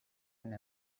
and